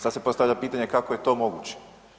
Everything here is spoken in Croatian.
Sad se postavlja pitanje kako je to moguće?